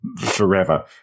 forever